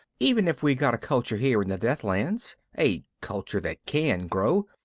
even if we got a culture here in the deathlands, a culture that can grow,